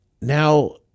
now